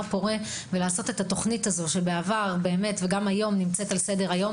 פורה ולעשות את התוכנית הזו שנמצאת על סדר היום בעבר והיום.